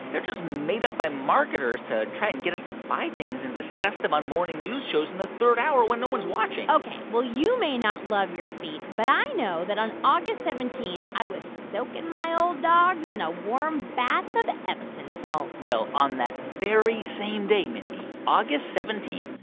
they're just up by marketers to try and get us to buy things and discuss them on morning news shows in the third hour, when no one's watching ok. well, you may not love your feet. but i know that on august seventeen, i was soaking my old dogs in a warm bath of epsom salts well, on that very same day, mindy, august seventeen,